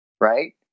right